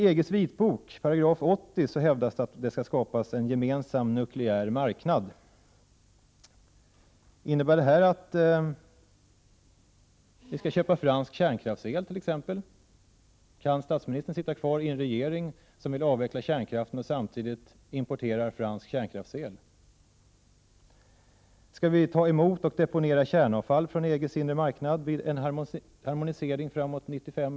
TI EG:s vitbok, 80 §, hävdar man att det skall skapas en gemensam nukleär marknad. Innebär det att vi skall köpa fransk kärnkraftselt.ex.? Kan Ingvar Carlsson sitta kvar som statsminister i en regering som vill avveckla kärnkraften samtidigt som vi importerar fransk kärnkraftsel? Skall vi ta emot och deponera kärnkraftsavfall från EG:s inre marknad i samband med en harmonisering omkring 1995?